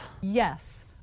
Yes